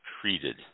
treated